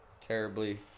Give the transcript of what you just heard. terribly